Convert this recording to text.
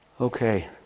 Okay